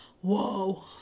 Whoa